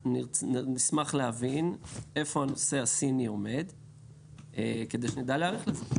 נשמח להבין איפה הנושא הסיני עומד כדי שנדע להיערך לזה.